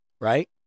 Right